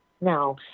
Now